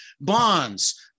bonds